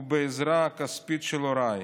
בעזרה כספית של הוריי.